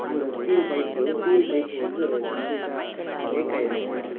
அந்த steel pipe steel pipe வந்து கம்ப்ளீட்டாக பிரேக் ஆகிருச்சு